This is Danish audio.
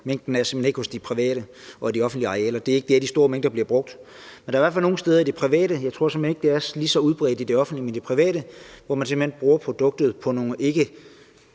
mængden er simpelt hen ikke hos de private og på de offentlige arealer. Det er ikke der, de store mængder bliver brugt. Der er i hvert fald nogle steder i det private – jeg tror såmænd ikke, det er lige så udbredt i det offentlige – hvor man simpelt hen bruger produktet på nogle ikke